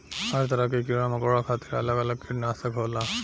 हर तरह के कीड़ा मकौड़ा खातिर अलग अलग किटनासक होला